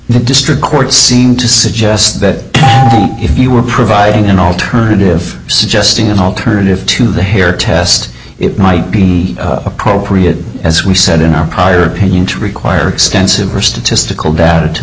the district court seemed to suggest that if you were providing an alternative suggesting an alternative to the hair test it might be appropriate as we said in our prior opinion to require extensive or statistical